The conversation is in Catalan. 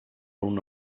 una